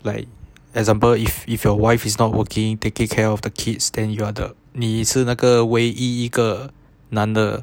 like example if if your wife is not working taking care of the kids then you are the 你是那个唯一一个男的